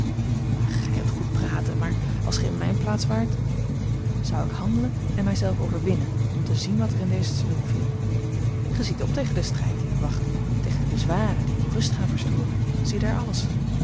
gij hebt goed praten maar als gij in mijne plaats waart zou ik handelen en mij zelf overwinnen om te zien wat er in dezen te doen viel gij ziet op tegen den strijd dien u wacht tegen de bezwaren die uwe rust gaan verstoren ziedaar alles